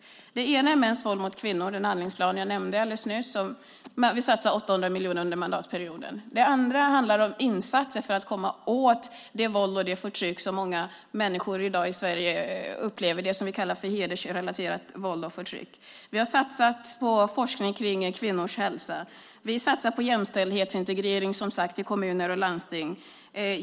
En sådan gäller mäns våld mot kvinnor, den handlingsplan som jag nämnde alldeles nyss. Vi satsar 800 miljoner kronor under mandatperioden. En annan sak handlar om insatser för att komma åt det våld och det förtryck som många människor i dag i Sverige upplever, det som vi kallas för hedersrelaterat våld och förtryck. Vi har satsat på forskning kring kvinnors hälsa. Vi satsar som sagt på jämställdhetsintegrering i kommuner och landsting.